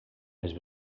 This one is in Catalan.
les